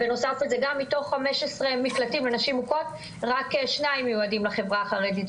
גם מתוך חמישה עשר מקלטים לנשים מוכות רק שניים מיועדים לחברה החרדית.